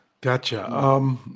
Gotcha